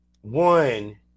one